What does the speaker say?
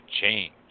change